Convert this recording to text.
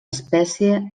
espècie